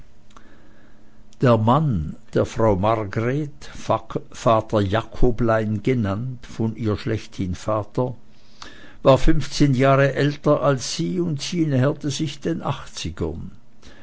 der mann der frau margret vater jakoblein genannt von ihr schlechthin vater war funfzehn jahre älter als sie und näherte sich den achtzigen